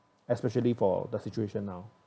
especially for the situation now